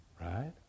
right